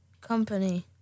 company